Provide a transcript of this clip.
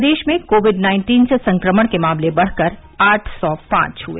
प्रदेश में covid nineteen से संक्रमण के मामले बढ़कर आठ सौ पांच हए